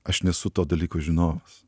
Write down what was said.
aš nesu to dalyko žinovas